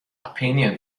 opinion